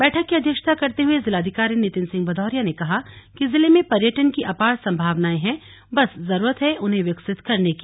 बैठक की अध्यक्षता करते हुए जिलाधिकारी नितिन सिंह भदौरिया ने कहा कि जिले में पर्यटन की अपार सम्भावनायें है बस जरूरत है उन्हें विकसित करने की